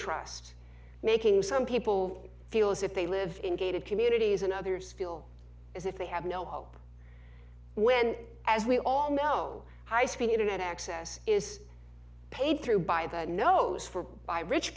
trust making some people feel as if they live in gated communities and others feel as if they have no hope when as we all know high speed internet access is paid through by the nose for by rich